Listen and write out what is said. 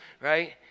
right